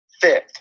fifth